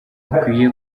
akwiye